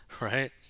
right